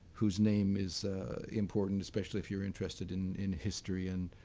whose name is important, especially if you're interested in in history and